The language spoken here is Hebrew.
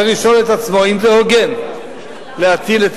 צריך לשאול את עצמו אם זה הוגן להטיל את